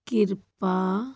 ਕਿਰਪਾ